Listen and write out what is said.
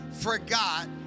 forgot